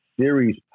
series